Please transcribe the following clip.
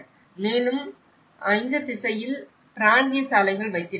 மேலும் இந்த திசையில் பிராந்திய சாலைகள் வைத்திருக்கிறார்கள்